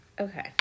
Okay